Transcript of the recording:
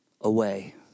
away